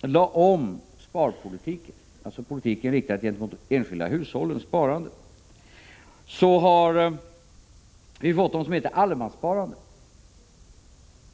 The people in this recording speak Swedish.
lade om sparpolitiken — alltså politiken som riktas mot de enskilda hushållen —har vi fått något som heter allemanssparandet.